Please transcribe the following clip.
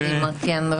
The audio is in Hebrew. כן,